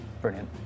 brilliant